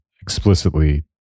explicitly